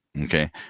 Okay